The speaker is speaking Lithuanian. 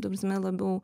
ta prasme labiau